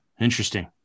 interesting